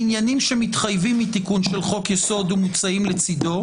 עניינים שמתחייבים מתיקון של חוק יסוד ומוצעים לצדו,